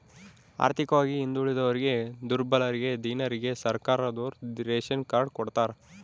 ಆರ್ಥಿಕವಾಗಿ ಹಿಂದುಳಿದೋರಿಗೆ ದುರ್ಬಲರಿಗೆ ದೀನರಿಗೆ ಸರ್ಕಾರದೋರು ರೇಶನ್ ಕಾರ್ಡ್ ಕೊಡ್ತಾರ